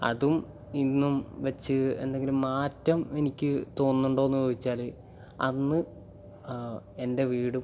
അതും ഇന്നും വെച്ച് എന്തെങ്കിലും മാറ്റം എനിക്ക് തോന്നുന്നുണ്ടോ എന്ന് ചോദിച്ചാൽ അന്ന് എൻ്റെ വീടും